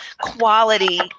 quality